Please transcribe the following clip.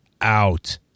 out